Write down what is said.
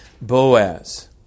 Boaz